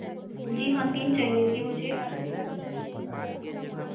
जी हाँ तीन चाहिए थी मुझे